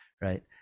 right